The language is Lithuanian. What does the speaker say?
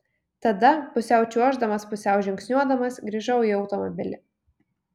tada pusiau čiuoždamas pusiau žingsniuodamas grįžau į automobilį